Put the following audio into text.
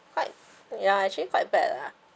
quite ya actually quite bad lah